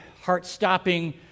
heart-stopping